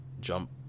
jump